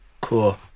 Cool